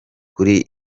kuri